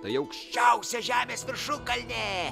tai aukščiausia žemės viršukalnė